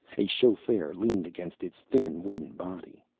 a chauffeur leaned against its thin wooden body.